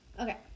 okay